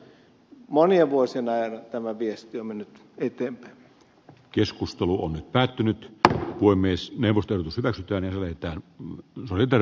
monien vuosien ajan tämä viesti on päättynyt tätä voi myös neuvoston pääsihteerille mennyt eteenpäin